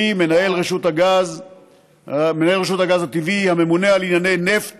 קרי, מנהל רשות הגז הטבעי, הממונה על ענייני נפט